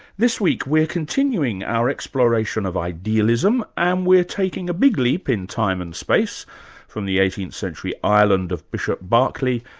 this week we're continuing our exploration of idealism and we're taking a big leap in time and space from the eighteenth century ireland of bishop berkeley,